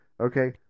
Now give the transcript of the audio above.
Okay